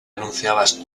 anunciabas